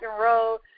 roll